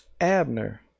Abner